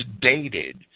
dated